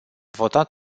votat